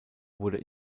wurde